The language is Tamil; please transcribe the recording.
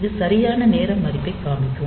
இது சரியான நேர மதிப்பைக் காண்பிக்கும்